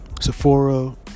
Sephora